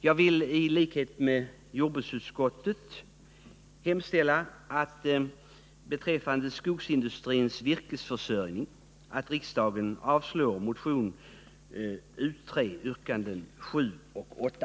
Jag vill beträffande skogsindustrins virkesförsörjning i likhet med jordbruksutskottet hemställa att riksdagen avslår motionen U:3 yrkandena 7 och 8.